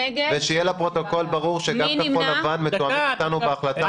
זה שחברי קואליציה לא נמצאים כאן סימן שהם מסכימים